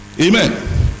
Amen